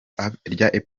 apple